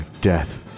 death